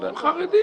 אבל --- הם חרדים.